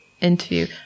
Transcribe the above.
interview